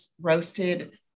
roasted